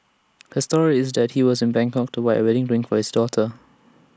his story is just he was in Bangkok to buy A wedding ring for his daughter